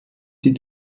sie